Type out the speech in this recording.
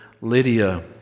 Lydia